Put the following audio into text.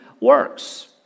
works